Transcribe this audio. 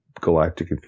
Galactic